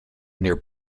near